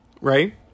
Right